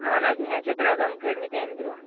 اَہَن حظ مےٚ حظ چھِ ترٛےٚ دنٛد کَڈۍمِتۍ اَمہِ برٛونٛہہ